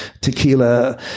tequila